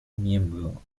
miembro